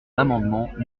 l’amendement